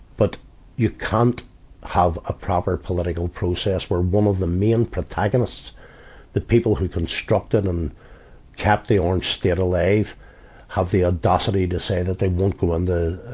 but you can't have a proper political process where one of the main protagonists the people who constructed and kept the orange state alive have the audacity to say that they won't go under, um,